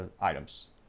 items